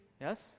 Yes